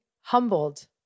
humbled